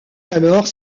alors